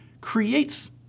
creates